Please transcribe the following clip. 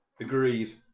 Agreed